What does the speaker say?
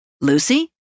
Lucy